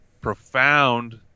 profound